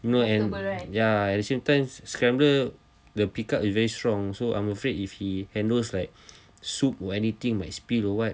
you know and ya at the same time scrambler the pick up is very strong so I'm afraid if he and those like soup or anything might spill or what